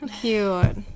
cute